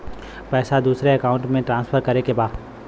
पैसा दूसरे अकाउंट में ट्रांसफर करें के बा?